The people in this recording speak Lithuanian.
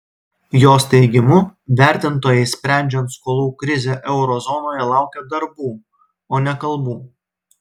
jos teigimu vertintojai sprendžiant skolų krizę euro zonoje laukia darbų o ne kalbų